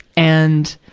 and,